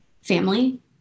family